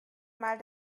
mal